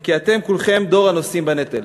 כי אתם כולכם דור הנושאים בנטל.